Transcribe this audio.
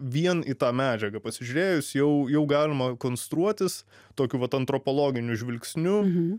vien į tą medžiagą pasižiūrėjus jau jau galima konstruotis tokiu vat antropologiniu žvilgsniu